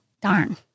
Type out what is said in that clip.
darn